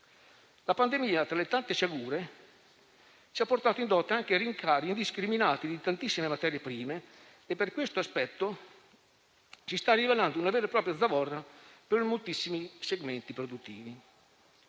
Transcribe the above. La pandemia, tra le tante sciagure, ci ha portato in dote anche rincari indiscriminati di tantissime materie prime e, per questo aspetto, si sta rivelando una vera e propria zavorra per moltissimi segmenti produttivi.